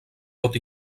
tot